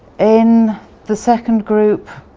in the second group,